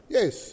Yes